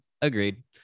Agreed